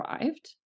arrived